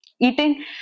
eating